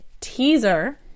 teaser